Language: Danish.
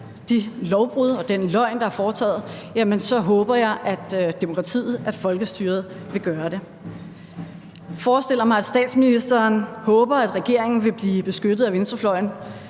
de lovbrud og den løgn, der er foretaget, så håber jeg, at demokratiet, at folkestyret, vil gøre det. Jeg forestiller mig, at statsministeren håber, at regeringen vil blive beskyttet af venstrefløjen,